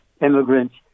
immigrants